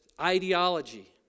ideology